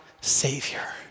Savior